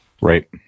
Right